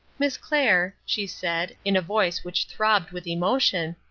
miss clair, she said, in a voice which throbbed with emotion,